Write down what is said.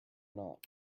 not